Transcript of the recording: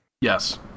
Yes